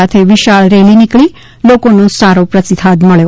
સાથે વિશાળ રેલી નીકળી લોકોનો સારો પ્રતિસાદ મળ્યો